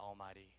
almighty